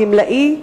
גמלאי,